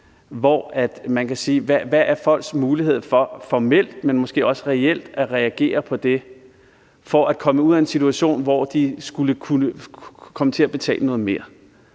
hvad er folks mulighed for formelt, men måske også reelt at reagere på det for at komme ud af en situation, hvor de skulle kunne komme til at betale noget mere.